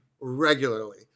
regularly